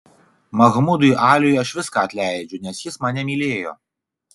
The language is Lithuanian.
mahmudui aliui aš viską atleidžiu nes jis mane mylėjo